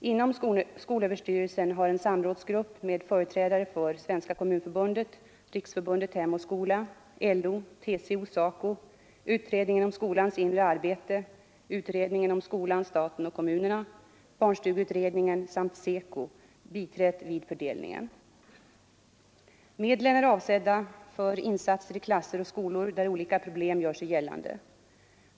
Inom skolöverstyrelsen har en samrådsgrupp med företrädare för Svenska kommunförbundet, Riksförbundet Hem och skola, LO, TCO, SACO, utredningen om skolans inre arbete, utredningen om skolan, staten och kommunerna, barnstugeutredningen samt SECO biträtt vid fördelningen. Medlen är avsedda för insatser i klasser och skolor där olika problem gör sig gällande.